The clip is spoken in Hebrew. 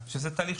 אם יש אדם מאומת,